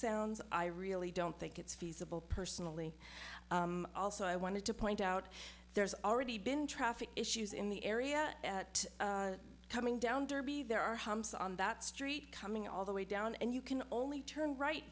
sounds i really don't think it's feasible personally also i wanted to point out there's already been traffic issues in the area at coming down derby there are homes on that street coming all the way down and you can only turn right